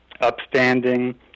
upstanding